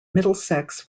middlesex